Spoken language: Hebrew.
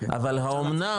אבל האמנם,